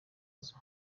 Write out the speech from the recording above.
nzu